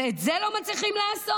ואת זה לא מצליחים לעשות?